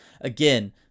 Again